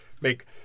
make